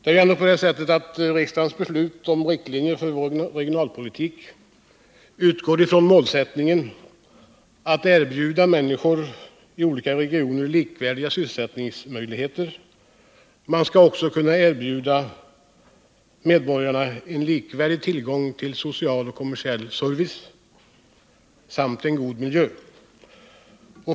Det är ju ändå på det sättet att riksdagens beslut om riktlinjer för vår regionalpolitik skall utgå från målsättningen att erbjuda människor i olika regioner likvärdiga sysselsättningsmöjligheter. Man skall också kunna erbjuda medborgarna en likvärdig tillgång till social och kommersiell service samt en god miljö.